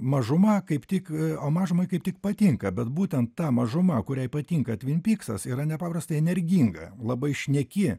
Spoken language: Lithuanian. mažuma kaip tik o mažumai kaip tik patinka bet būtent ta mažuma kuriai patinka tvimpyksas yra nepaprastai energinga labai šneki